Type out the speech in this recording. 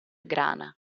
grana